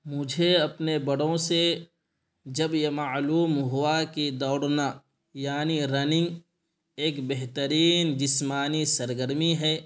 مجھے اپنے بڑوں سے جب یہ معلوم ہوا کہ دوڑنا یعنی رننگ ایک بہترین جسمانی سرگرمی ہے